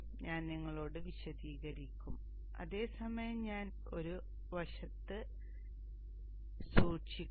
ഞാൻ നിങ്ങളോട് വിശദീകരിക്കും അതേ സമയം ഞാൻ അത് ഒരു വശത്ത് സൂക്ഷിക്കും